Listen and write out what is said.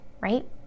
right